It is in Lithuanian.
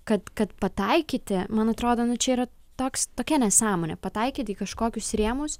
kad kad pataikyti man atrodo nu čia yra toks tokia nesąmonė pataikyti į kažkokius rėmus